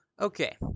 Okay